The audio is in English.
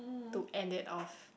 to end it off